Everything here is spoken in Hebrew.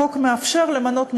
החוק מאפשר למנות מומחה.